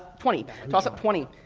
twenty tossup twenty